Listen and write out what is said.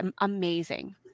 amazing